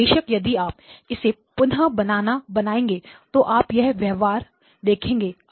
और बेशक यदि आप इसे पुन्हा बनाएँगे तो आप यह व्यवहार देखेंगे